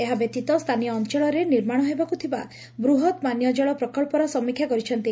ଏହା ବ୍ୟତୀତ ସ୍ଚାନୀୟ ଅଅଳରେ ନିର୍ମାଶ ହେବାକୁ ଥିବା ବୃହତ ପାନୀୟ ଜଳ ପ୍ରକବ୍ବର ସମୀକ୍ଷା କରିଛନ୍ତି